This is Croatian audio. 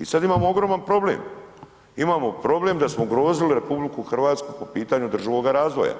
I sad imamo ogroman problem, imamo problem da smo ugrozili RH po pitanju održivoga razvoja